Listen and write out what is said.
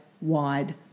wide